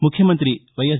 ముఖ్యమంతి వైఎస్